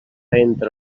entre